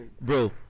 Bro